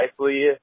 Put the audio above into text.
nicely